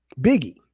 Biggie